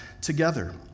together